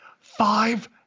five